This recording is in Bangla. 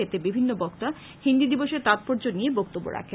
এতে বিভিন্ন বক্তা হিন্দি দিবসের তাৎপর্য নিয়ে বক্তব্য রাখেন